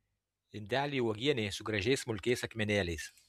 indelį uogienei su gražiais smulkiais akmenėliais